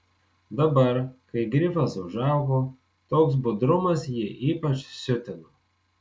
dabar kai grifas užaugo toks budrumas jį ypač siutino